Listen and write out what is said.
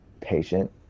patient